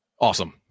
awesome